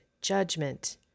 judgment